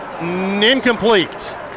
incomplete